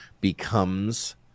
becomes